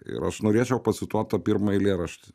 ir aš norėčiau pacituot tą pirmą eilėrašt